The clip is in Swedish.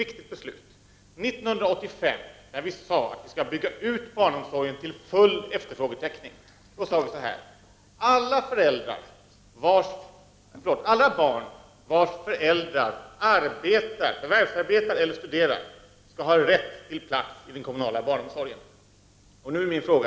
1985. då det beslöts att barnomsorgen skall byggas ut till full efterfrågetäckning, uttalades att alla barn vilkas föräldrar förvärvsarbetar eller studerar skall ha rätt till plats inom den kommunala barnomsorgen.